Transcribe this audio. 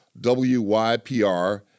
WYPR